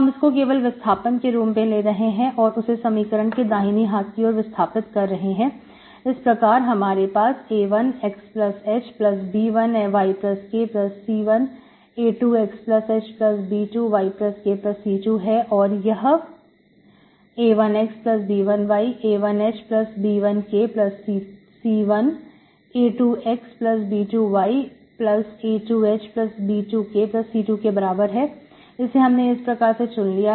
हम इसको केवल विस्थापन के रूप में ले रहे हैं और उसे समीकरण के दाहिने हाथ की ओर विस्थापित कर रहे हैं इस प्रकार हमारे पास a1Xhb1YkC1a2Xhb2YkC2 है और यह a1Xb1Ya1hb1k C1a2Xb2Ya2hb2kC2 के बराबर है इसे हमने इस प्रकार से चुन लिया है